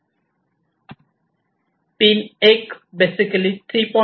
pin 1 basically 3